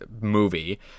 movie